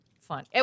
fun